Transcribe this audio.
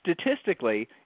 statistically